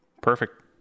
perfect